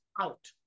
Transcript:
out